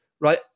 Right